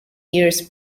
years